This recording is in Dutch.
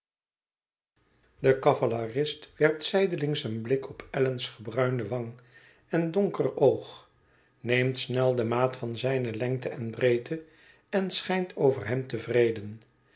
de cavalerist werpt zijdelings een blik op allan's gebruinde wang en donker oog neemt snel de maat van zijne lengte en breedte en schijnt over hem tevreden